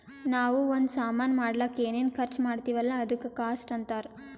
ನಾವೂ ಒಂದ್ ಸಾಮಾನ್ ಮಾಡ್ಲಕ್ ಏನೇನ್ ಖರ್ಚಾ ಮಾಡ್ತಿವಿ ಅಲ್ಲ ಅದುಕ್ಕ ಕಾಸ್ಟ್ ಅಂತಾರ್